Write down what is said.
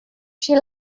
she